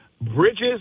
bridges